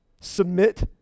Submit